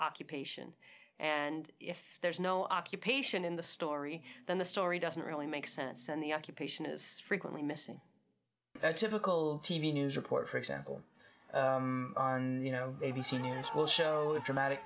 occupation and if there's no occupation in the story then the story doesn't really make sense and the occupation is frequently missing that typical t v news report for example you know a b c news will show a dramatic